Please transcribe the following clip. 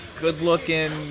good-looking